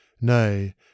Nay